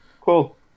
Cool